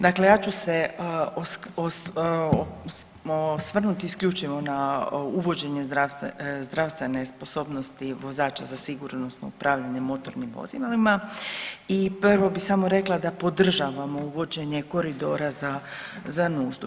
Dakle, ja ću se osvrnut isključivo na uvođenje zdravstvene sposobnosti vozača za sigurnosno upravljanje motornim vozilima i prvo bi samo rekla da podržavamo uvođenje koridora za, za nuždu.